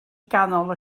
ganol